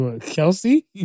Kelsey